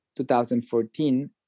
2014